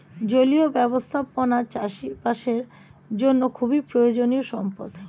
জলীয় ব্যবস্থাপনা চাষবাসের জন্য খুবই প্রয়োজনীয় সম্পদ